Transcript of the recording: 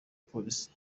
polisi